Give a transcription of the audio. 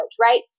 right